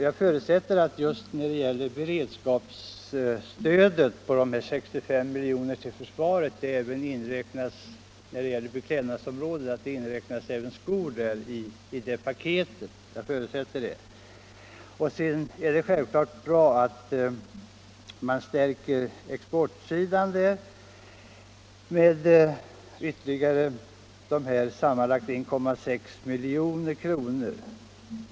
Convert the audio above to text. Jag förutsätter att i förslaget om beredskapsstöd på 66 milj.kr. till försvaret när det gäller beklädnadsområdet även inräknas skor. Sedan är det självfallet bra att man stärker exportsidan med ytterligare sammanlagt 1,6 milj.kr.